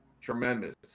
Tremendous